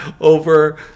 over